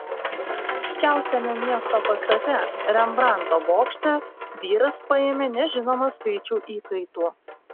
aukščiausiame miesto pastate rembrandto bokšte vyras paėmė nežinomą skaičių įkaitų